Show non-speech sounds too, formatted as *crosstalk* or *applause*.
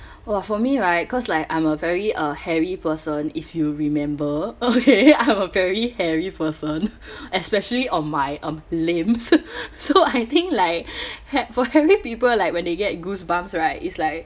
*breath* !wah! for me right cause like I'm a very uh hairy person if you remember okay *laughs* I'm a very hairy person *breath* especially on my um limbs *laughs* so I think like *breath* hai~ for hairy people like when they get goosebumps right it's like